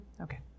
Okay